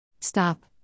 Stop